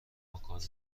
مکالمه